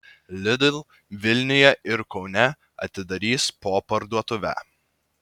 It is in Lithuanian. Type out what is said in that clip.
lidl vilniuje ir kaune atidarys po parduotuvę